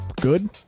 good